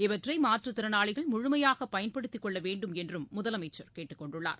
இவற்றைமாற்றுத்திறனாளிகள் முழுமையாகபயன்படுத்திக் கொள்ளவேண்டும் என்றுமுதலமைச்சள் கேட்டுக்கொண்டுள்ளார்